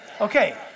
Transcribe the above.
Okay